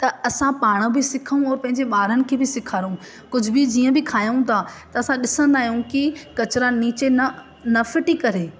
त असां पाण बि सिखूं और पंहिंजे ॿारनि खे बि सेखारियूं कुझु बि जीअं खायूं था त असां ॾिसंदा आहियूं की कचिरा नीचे न न फिटी करे